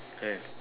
have